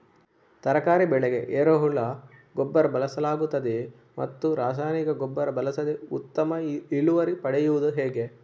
ತರಕಾರಿ ಬೆಳೆಗೆ ಎರೆಹುಳ ಗೊಬ್ಬರ ಬಳಸಲಾಗುತ್ತದೆಯೇ ಮತ್ತು ರಾಸಾಯನಿಕ ಗೊಬ್ಬರ ಬಳಸದೆ ಉತ್ತಮ ಇಳುವರಿ ಪಡೆಯುವುದು ಹೇಗೆ?